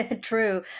true